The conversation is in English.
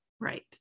right